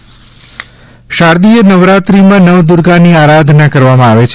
નવરાત્રી શારદીય નવરાત્રીમાં નવદુર્ગાની આરાધના કરવામાં આવે છે